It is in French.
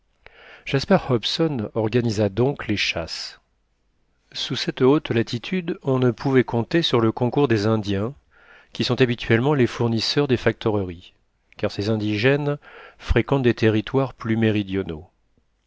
jasper hobson organisa donc les chasses sous cette haute latitude on ne pouvait compter sur le concours des indiens qui sont habituellement les fournisseurs des factoreries car ces indigènes fréquentent des territoires plus méridionaux